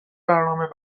برنامه